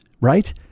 right